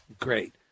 Great